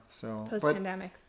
Post-pandemic